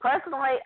Personally